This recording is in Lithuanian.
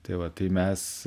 tai va tai mes